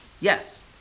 Yes